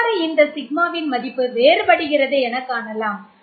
எவ்வாறு இந்த σ வின் மதிப்பு வேறுபடுகிறது என காணலாம்